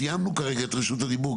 סיימנו כרגע את רשות הדיבור,